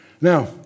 Now